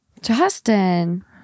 Justin